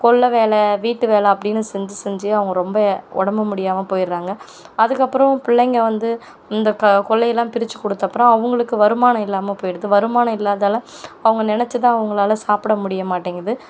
கொல்லை வேலை வீட்டு வேலை அப்படின்னு செஞ்சு செஞ்சி அவங்க ரொம்ப உடம்பு முடியாமல் போயிடறாங்க அதுக்கப்புறம் பிள்ளைங்க வந்து இந்த க கொல்லையெல்லாம் பிரிச்சு கொடுத்தப்பறம் அவர்களுக்கு வருமானம் இல்லாமல் போய்டுது வருமானம் இல்லாதால் அவங்க நினைச்சத அவங்களால் சாப்பிட முடிய மாட்டேங்குது